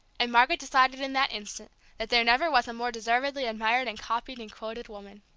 and margaret decided in that instant that there never was a more deservedly admired and copied and quoted woman.